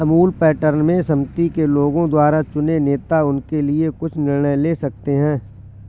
Amul pattern में समिति के लोगों द्वारा चुने नेता उनके लिए कुछ निर्णय ले सकते हैं